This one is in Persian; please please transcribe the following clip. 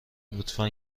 لطفا